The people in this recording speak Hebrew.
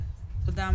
תודה,